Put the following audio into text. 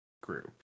group